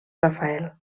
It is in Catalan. rafael